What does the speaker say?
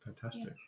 Fantastic